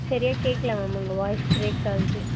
சரியா கேக்கல மேம் உங்கள் வாய்ஸ் ப்ரேக் ஆகுது